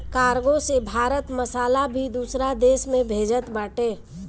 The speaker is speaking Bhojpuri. कार्गो से भारत मसाला भी दूसरा देस में भेजत बाटे